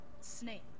snake